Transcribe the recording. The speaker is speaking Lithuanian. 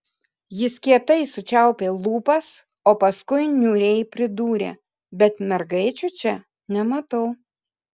jis kietai sučiaupė lūpas o paskui niūriai pridūrė bet mergaičių čia nematau